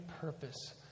purpose